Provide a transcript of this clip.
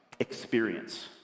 experience